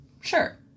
Sure